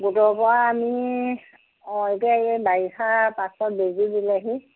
গোটৰপৰা আমি অঁ এতিয়া এই বাৰিষাৰ পাছত বেজী দিলেহি